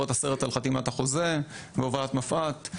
את הסרט על חתימת החוזה בהובלת מפא"ת.